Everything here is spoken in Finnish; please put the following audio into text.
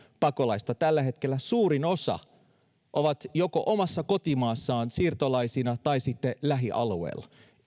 pakolaista tällä hetkellä suurin osa on joko omassa kotimaassaan siirtolaisina tai sitten lähialueilla